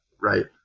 right